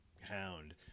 hound